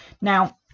Now